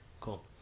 Cool